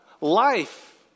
Life